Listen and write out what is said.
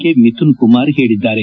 K Mithun Kumar ಹೇಳಿದ್ದಾರೆ